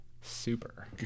super